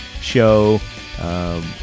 show